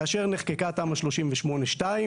כאשר נחקקה תמ"א 38/2